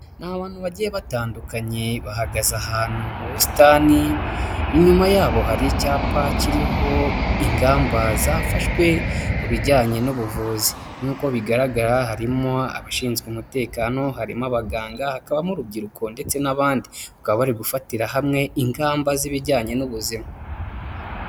N'abantu bagiye batandukanye bahagaze ahantu mu busitani, inyuma yabo hari icyapa kiriho ingamba zafashwe ku bijyanye n'ubuvuzi. Nk'uko bigaragara harimo abashinzwe umutekano, harimo abaganga hakabamo urubyiruko ndetse n'abandi. Bakaba bari gufatira hamwe ingamba z'ibijyanye n'ubuzima.